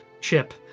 chip